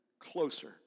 Closer